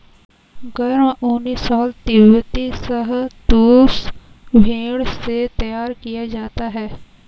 गर्म ऊनी शॉल तिब्बती शहतूश भेड़ से तैयार किया जाता है